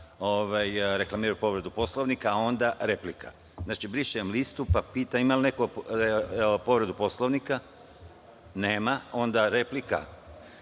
reklamiraju povredu Poslovnika, a onda replika. Znači, brišem listu i pitam - ima li neko povredu Poslovnika? Nema. Ima li